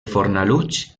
fornalutx